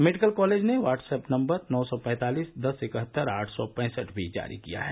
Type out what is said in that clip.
medical college ने WhatsApp number नौ सौ पैंतालिस दस इकहत्तर आठ सौ पैंसठ भी जारी किया है